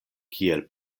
kiel